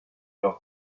your